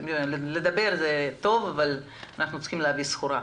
לדבר זה טוב אבל אנחנו צריכים "להביא סחורה".